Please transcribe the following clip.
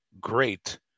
great